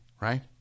right